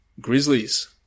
Grizzlies